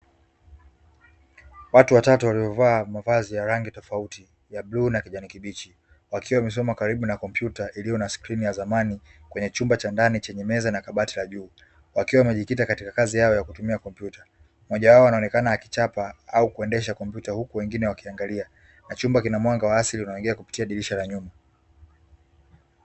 Watu watatu waliovaa mavazi ya rangi tofauti ya bluu na kijani kibichi wakiwa wamesimama karibu na kompyuta iliyo na skrini ya zamani kwenye chumba cha ndani chenye meza na kabati la juu. Wakiwa wamejikita katika kazi yao ya kutumia kompyuta, mmoja wao anaonekana akichapa au kuendesha kompyuta huku wengine wakiangalia; na chumba kina mwanga wa asili unaoingia kupitia dirisha la nyuma.